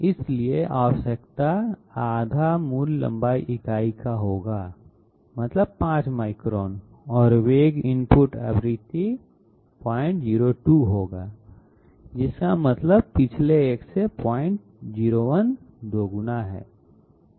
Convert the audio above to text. इसलिए आवश्यकता आधा मूल लंबाई इकाई का होगा मतलब 5 माइक्रोन और वेग इनपुट आवृत्ति का 002 होगा जिसका मतलब पिछले एक से 001 दोगुना है